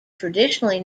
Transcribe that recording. traditionally